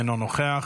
אינו נוכח,